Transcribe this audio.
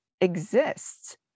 exists